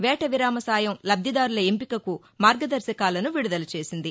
వేట విరామ సాయం లబ్దిదారుల ఎంపికకు మార్గదర్శకాలను విడుదల చేసింది